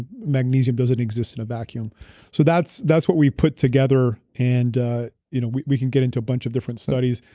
magnesium doesn't exist in a vacuum so that's that's what we've put together. and ah you know we we can get into a bunch of different studies.